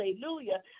Hallelujah